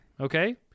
okay